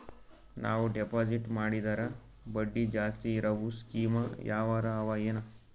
ನಾವು ಡೆಪಾಜಿಟ್ ಮಾಡಿದರ ಬಡ್ಡಿ ಜಾಸ್ತಿ ಇರವು ಸ್ಕೀಮ ಯಾವಾರ ಅವ ಏನ?